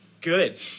Good